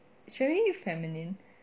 she very feminine